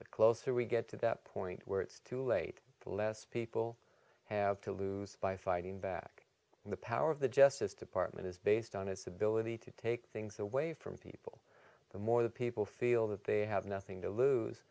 the closer we get to that point where it's too late the less people have to lose by fighting back and the power of the justice department is based on its ability to take things away from people the more the people feel that they have nothing to lose